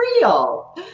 real